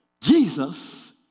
Jesus